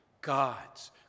God's